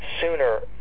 sooner